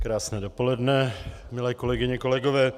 Krásné dopoledne, milé kolegyně, kolegové.